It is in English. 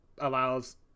allows